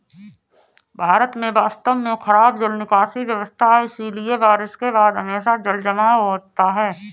भारत में वास्तव में खराब जल निकासी व्यवस्था है, इसलिए बारिश के बाद हमेशा जलजमाव होता है